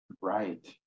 Right